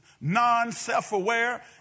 non-self-aware